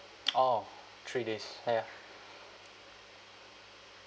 orh three days ya